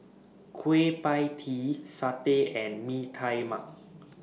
Kueh PIE Tee Satay and Mee Tai Mak